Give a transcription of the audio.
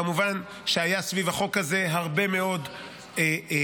כמובן שהייתה סביב החוק הזה הרבה מאוד ביקורת